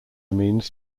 means